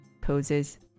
poses